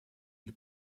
для